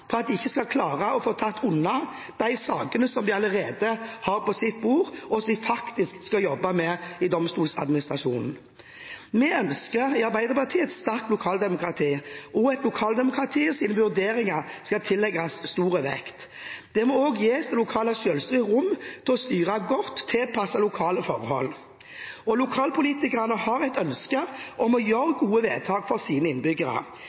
at de ikke skal klare å få tatt unna de sakene som de allerede har på sitt bord, og som de faktisk skal jobbe med i Domstoladministrasjonen. Vi i Arbeiderpartiet ønsker et sterkt lokaldemokrati og at lokaldemokratiets vurderinger skal tillegges stor vekt. En må også gi det lokale selvstyret rom til å styre godt tilpasset lokale forhold. Lokalpolitikerne har et ønske om å gjøre gode vedtak for sine innbyggere,